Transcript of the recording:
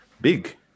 big